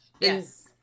yes